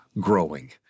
growing